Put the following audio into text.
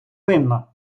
винна